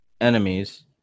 enemies